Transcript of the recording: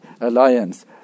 alliance